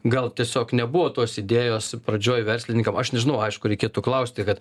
gal tiesiog nebuvo tos idėjos pradžioj verslininkam aš nežinau aišku reikėtų klausti kad